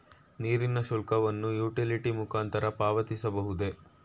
ನೀರಿನ ಶುಲ್ಕವನ್ನು ಯುಟಿಲಿಟಿ ಮುಖಾಂತರ ಪಾವತಿಸಬಹುದೇ?